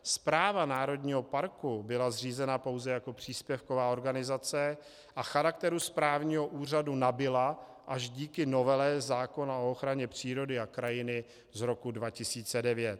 Správa Národního parku byla zřízena pouze jako příspěvková organizace a charakteru správního úřadu nabyla až díky novele zákona o ochraně přírody a krajiny z roku 2009.